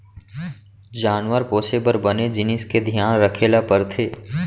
जानवर पोसे बर बने जिनिस के धियान रखे ल परथे